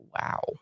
Wow